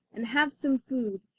and have some food,